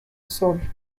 sol